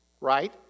right